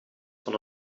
van